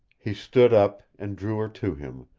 he stood up, and drew her to him,